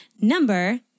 Number